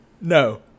No